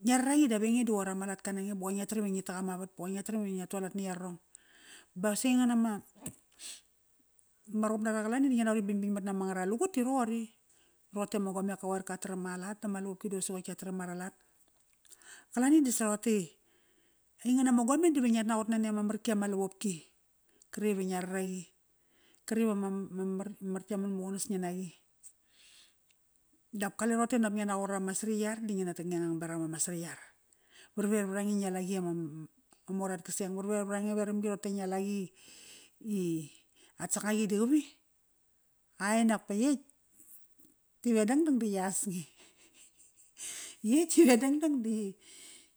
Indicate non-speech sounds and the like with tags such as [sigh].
Ngia raraqi dav ainge di qoir ama latka nange ba qoi ngia taram iva ngi tak ama vat pa qoi ngia taram iva ngia tualat na yararong. Ba si aingan ama, ma ruqup nara qalani di ngia naqot i bingbing mat nama ngara lugut ti raqori. Roqote ama gomeka qoir kataram a lat dama lavopk daqosi qoi tki taram ara lat. Qalani disa roqote i, aingan ama gome dive ngia naqot nani ama marki ama lavopki, kretk ive ngia raraqi. Karetk ive ma [unintelligible] mar tka manmaqunas ngi naqi. Dap kale roqote nop ngia naqot ama sariyar da ngi na take ngng beram ama sariyar. Warwer vrange i ngia la qi ama mor at qaseng. Warwer weramgi roqote ngia la qi i at sakngaqi da qavi. Ai nak pa yetk, tive dangdang da yas nge. [laughs] Yetk tive dangdang da ya,